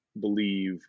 believe